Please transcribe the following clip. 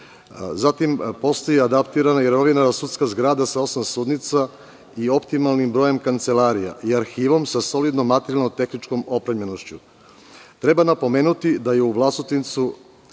Zatim, postoji adaptirana i renovirana sudska zgrada sa osam sudnica i optimalnim brojem kancelarija i arhivom sa solidnom materijalno-tehničkom opremljenošću. Treba napomenuti da je u Vlasotincu